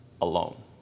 alone